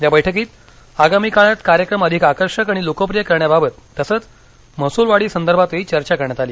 या बैठकीत आगामी काळात कार्यक्रम अधिक आकर्षक आणि लोकप्रिय करण्याबाबत तसंच महसूलवाढी संदर्भातही चर्चा करण्यात आली